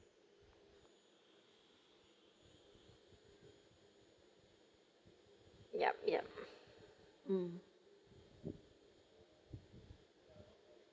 yup yup um